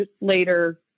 later